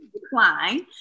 decline